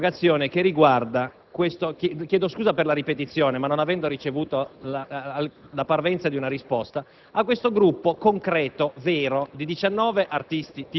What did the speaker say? chiedo scusa per la ripetizione, non avendo ricevuto